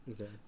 Okay